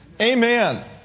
Amen